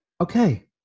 Okay